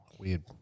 Weird